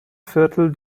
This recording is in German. viertel